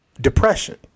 depression